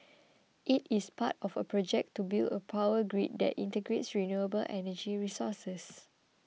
it is part of a project to build a power grid that integrates renewable energy resources